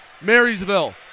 Marysville